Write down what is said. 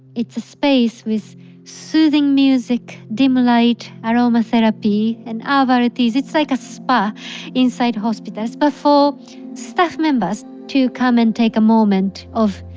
it's a space with soothing music, dim light, aromatherapy, and ah but amenities. it's like a spa inside hospitals, but for staff members to come and take a moment of